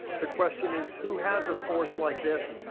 the question is who has a force like this,